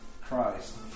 Christ